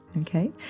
okay